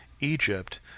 Egypt